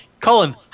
Colin